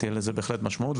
תהיה לזה בהחלט משמעות,